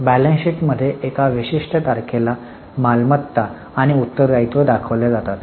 balance शीटमध्ये एका विशिष्ट तारखेला मालमत्ता आणि उत्तरदायित्व दाखवल्या जातात